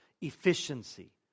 efficiency